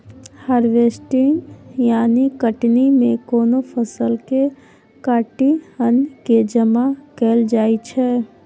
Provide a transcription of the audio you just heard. harvesting यानी कटनी मे कोनो फसल केँ काटि अन्न केँ जमा कएल जाइ छै